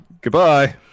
Goodbye